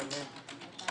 שנים.